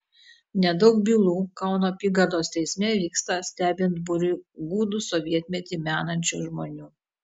nedaug bylų kauno apygardos teisme vyksta stebint būriui gūdų sovietmetį menančių žmonių